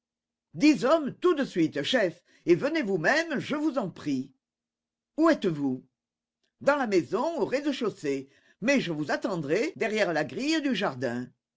dix hommes tout de suite chef et venez vous-même je vous en prie où êtes-vous dans la maison au rez-de-chaussée mais je vous attendrai derrière la grille du jardin